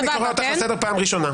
אני קורא אותך לסדר פעם ראשונה.